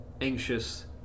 anxious